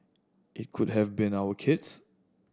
it could have been our kids